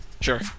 Sure